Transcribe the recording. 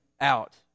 out